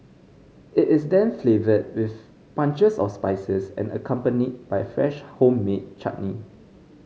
it is then flavoured with punches of spices and accompanied by a fresh homemade chutney